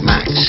Max